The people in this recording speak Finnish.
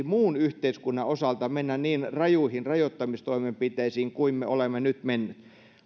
muun yhteiskunnan osalta mennä niin rajuihin rajoittamistoimenpiteisiin kuin me olemme nyt menneet